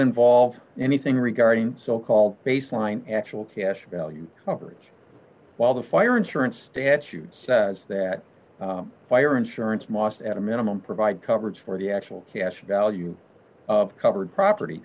involve d anything regarding so called baseline actual cash value coverage while the fire insurance statute says that fire insurance maust at a minimum provide coverage for the actual cash value covered property